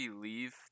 leave